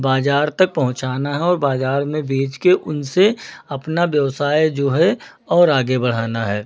बाज़ार तक पहुँचाना है और बाज़ार में बेच के उनसे अपना व्यवसाय जो है और आगे बढ़ाना है